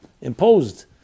imposed